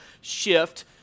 shift